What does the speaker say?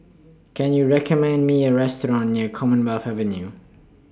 Can YOU recommend Me A Restaurant near Commonwealth Avenue